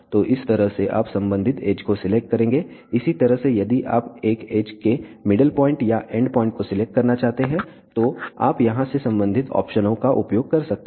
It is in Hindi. तो इस तरह से आप संबंधित एज को सिलेक्ट करेंगे इसी तरह के यदि आप एक एज के मिडल प्वाइंट या एंड प्वाइंट को सिलेक्ट करना चाहते हैं तो आप यहां से संबंधित ऑप्शनों का उपयोग कर सकते हैं